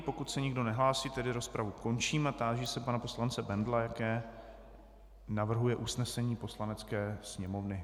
Pokud se nikdo nehlásí, tady rozpravu končím a táži se pana poslance Bendla, jaké navrhuje usnesení Poslanecké sněmovny.